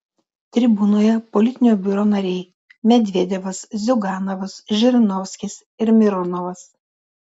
tribūnoje politinio biuro nariai medvedevas ziuganovas žirinovskis ir mironovas